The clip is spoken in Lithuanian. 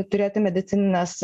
turėti medicinines